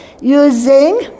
using